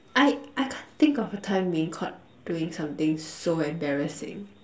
I I can't think of a time being caught doing something so embarrassing